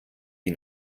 die